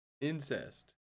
incest